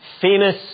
famous